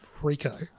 Rico